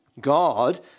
God